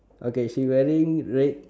okay she wearing red